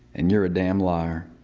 and you're a damn liar.